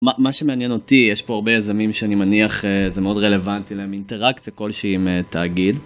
מה שמעניין אותי, יש פה הרבה יזמים שאני מניח זה מאוד רלוונטי להם, אינטראקציה כלשהי עם תאגיד.